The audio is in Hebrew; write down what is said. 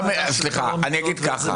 סליחה, אני אגיד ככה.